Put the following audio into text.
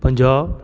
पंजाहु